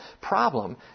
problem